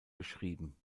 beschrieben